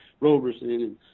Roberson